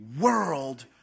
world